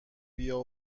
بیا